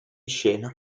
scena